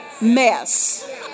mess